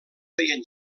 feien